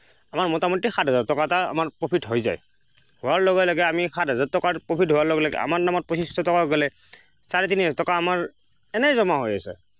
আমাৰ মোটামুটি সাত হেজাৰ টকা এটা আমাৰ প্ৰফিত হৈ যায় হোৱাৰ লগে লগে আমি সাত হাজাৰ টকাৰ প্ৰফিট হোৱাৰ লগে লগে আমি আমাৰ নামত পঁচিছশ টকা গ'লে চাৰে তিনি হাজাৰ টকা আমাৰ এনেই জমা হৈ আছে